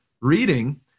reading